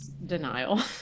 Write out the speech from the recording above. denial